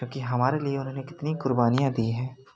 क्योंकि हमारे लिए उन्होंने कितनी कुर्बानियाँ दी है